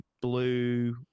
Blue